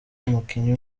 umukinnyi